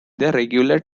regular